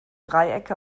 dreiecke